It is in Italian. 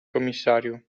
commissario